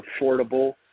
affordable